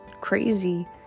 crazy